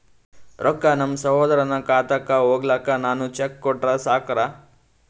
ರೊಕ್ಕ ನಮ್ಮಸಹೋದರನ ಖಾತಕ್ಕ ಹೋಗ್ಲಾಕ್ಕ ನಾನು ಚೆಕ್ ಕೊಟ್ರ ಸಾಕ್ರ?